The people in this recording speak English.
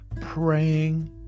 praying